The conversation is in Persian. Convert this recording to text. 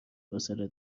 فاصله